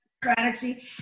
strategy